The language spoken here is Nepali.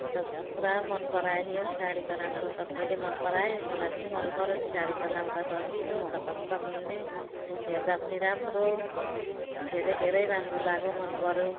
अन्त पुरा मनपराए नि हौ साडी त राम्रो सबैले मनपराए मलाई पनि मनपर्यो नि साडी त लगाउँदा सजिलो छपक्क मिल्ने हेर्दा पनि राम्रो धेरै धेरै राम्रो लाग्यो मनपर्यो